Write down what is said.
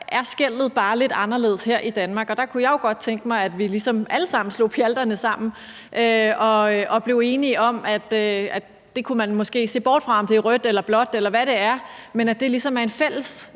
er skellet bare lidt anderledes her i Danmark. Der kunne jeg jo godt tænke mig, at vi ligesom alle sammen slog pjalterne sammen og blev enige om, at man måske kunne se bort fra, om det er rødt eller blåt, eller hvad det er, men at det er en fælles